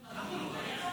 הצעת חוק התכנון והבנייה (תיקון מספר 145),